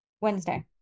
Wednesday